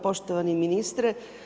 Poštovani ministre.